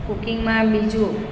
કૂકિંગમાં બીજું